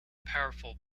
powerful